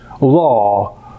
law